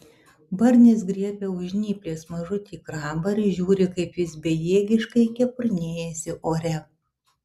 barnis griebia už žnyplės mažutį krabą ir žiūri kaip jis bejėgiškai kepurnėjasi ore